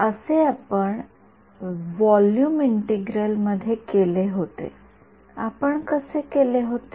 जसे आपण volume integral मध्ये केले होते आपण कसे केले होते